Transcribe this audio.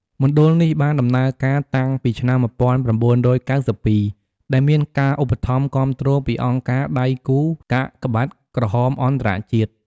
មណ្ឌលនេះបានដំណើរការតាំងពីឆ្នាំ ១៩៩២ ដែលមានការឧបត្ថមគាំទ្រពីអង្គការដៃគូរកាកបាទក្រហមអន្តរជាតិ។